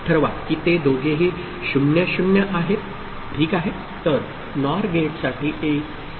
तर ठरवा की ते दोघेही 0 0 आहेत ठीक आहे